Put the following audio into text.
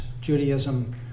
Judaism